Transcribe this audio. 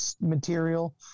material